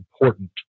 important